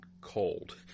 cold